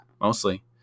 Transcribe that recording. mostly